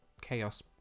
Chaos